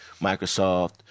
Microsoft